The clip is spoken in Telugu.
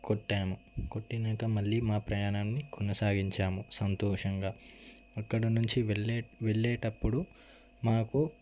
కొట్టాము కొట్టినాక మళ్ళీ మా ప్రయాణాన్ని కొనసాగించాము సంతోషంగా అక్కడ నుంచి వెళ్లే వెళ్ళేటప్పుడు మాకు